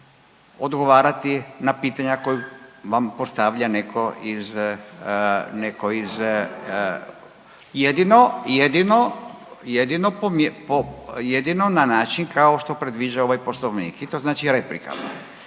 odgovarati na pitanja koja vam postavlja netko iz jedino na način kao što predviđa ovaj Poslovnik i to znači replika.